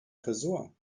tresor